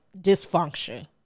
dysfunction